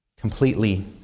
completely